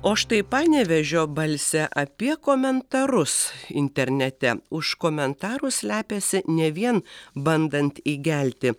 o štai panevėžio balse apie komentarus internete už komentarų slepiasi ne vien bandant įgelti